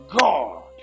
God